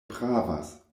pravas